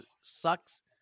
sucks